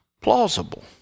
plausible